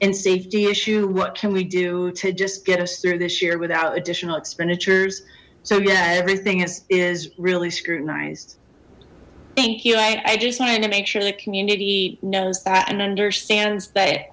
and safety issue what can we do to just get us through this year without additional expenditures so yeah everything is is really scrutinized thank you i i just wanted to make sure the community knows that and understand